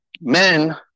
Men